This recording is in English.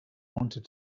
wanted